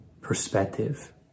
perspective